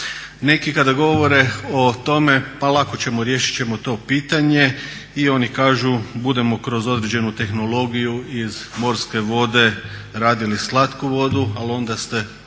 Neki kada govore o tome pa lako ćemo, riješit ćemo to pitanje i oni kažu budemo kroz određenu tehnologiju iz morske vode radili slatku vodu, ali onda ste